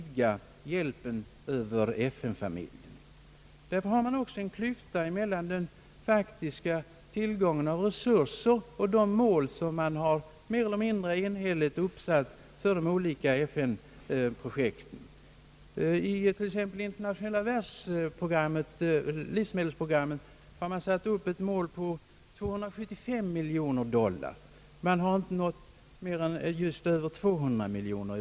Därför finns också en klyfta mellan den faktiska tillgången av resurser och det mål man mer eller mindre enhälligt uppsatt för de olika FN-projekten. Sålunda har man i Internationella livsmedelsprogrammet satt upp ett mål på 275 miljoner dollar men man har inte nått mer än just över 200 miljoner.